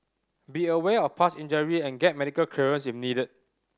be aware of past injury and get medical clearance if needed